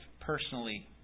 personally